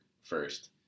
first